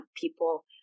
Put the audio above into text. People